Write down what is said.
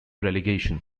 relegation